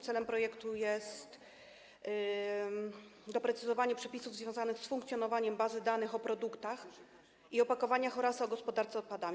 Celem projektu jest doprecyzowanie przepisów związanych z funkcjonowaniem bazy danych o produktach i opakowaniach oraz o gospodarce odpadami.